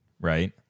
right